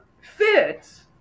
fits